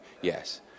Yes